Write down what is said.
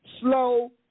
slow